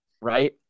Right